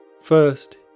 First